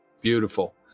Beautiful